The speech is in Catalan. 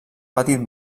petit